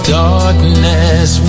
darkness